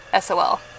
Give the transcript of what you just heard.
SOL